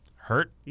Hurt